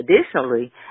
Additionally